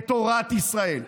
את תורת ישראל.